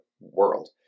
world